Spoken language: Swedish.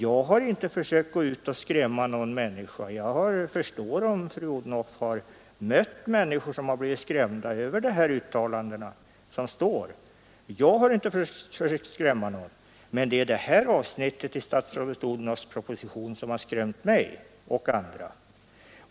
Jag har inte försökt gå ut och skrämma någon människa, men jag förstår om fru Odhnoff har mött människor som blivit skrämda av det som står i propositionen. Jag har inte försökt skrämma någon, men det är dessa avsnitt i statsrådet Odhnoffs proposition som har skrämt mig och andra.